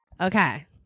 Okay